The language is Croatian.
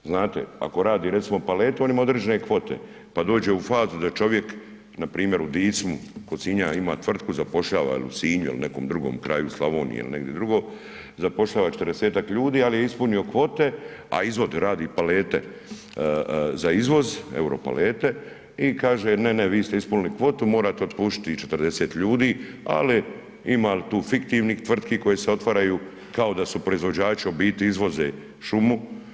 Znate, ako rade recimo palete, oni imaju određene kvote pa dođu u fazu da čovjek npr. u Dicimu kod Sinja ima tvrtku, zapošljava je u Sinju ili nekom drugom kraju Slavoniju ili negdje drugo, zapošljava 40-ak ljudi ali je ispunio kvote a izvoz, radi palete za izvoz, euro palete i kaže, ne, ne vi ste ispunili kvotu, morate otpustiti 40 ljudi ali ima li tu fiktivnih tvrtki koje se otvaraju kao da su proizvođači a u biti izvoze šumu.